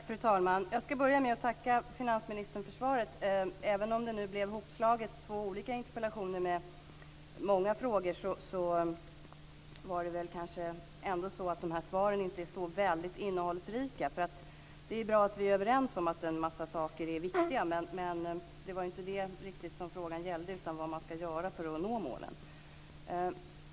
Fru talman! Jag ska börja med att tacka finansministern för svaret. Även om två interpellationer med många frågor blev ihopslagna var inte svaren så innehållsrika. Det är ju bra att vi är överens om att en massa saker är viktiga. Men det var ju inte riktigt det som frågan gällde, utan den gällde vad man ska göra för att nå målen.